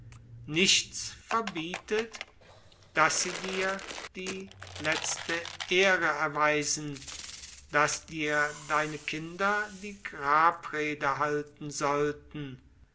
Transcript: nichts verbietet daß sie dir die letzte ehre erweisen daß dir deine kinder die grabrede halten sollten